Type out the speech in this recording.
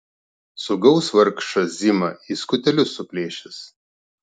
sugaus vargšą zimą į skutelius suplėšys